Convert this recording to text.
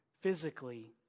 Physically